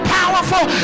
powerful